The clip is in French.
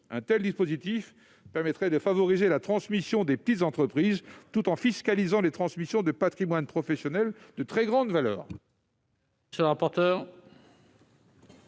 Un tel dispositif permettrait de favoriser la transmission des petites entreprises, tout en fiscalisant les transmissions de patrimoine professionnel de très grande valeur.